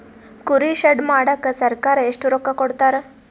ಕುರಿ ಶೆಡ್ ಮಾಡಕ ಸರ್ಕಾರ ಎಷ್ಟು ರೊಕ್ಕ ಕೊಡ್ತಾರ?